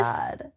God